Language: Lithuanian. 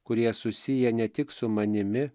kurie susiję ne tik su manimi